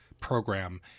program